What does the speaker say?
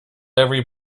every